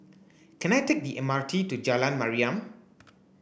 can I take the M R T to Jalan Mariam